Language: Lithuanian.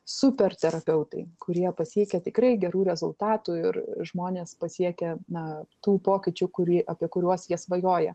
super terapeutai kurie pasiekia tikrai gerų rezultatų ir žmonės pasiekia na tų pokyčių kurį apie kuriuos jie svajoja